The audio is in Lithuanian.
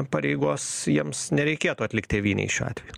pareigos jiems nereikėtų atlikt tėvynei šiuo atveju